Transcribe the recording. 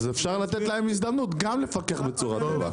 אז אפשר לתת להם הזדמנות גם לפקח בצורה טובה.